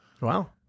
Wow